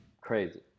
crazy